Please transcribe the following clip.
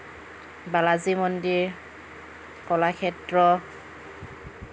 বালাজী মন্দিৰ কলাক্ষেত্ৰ